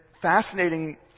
fascinating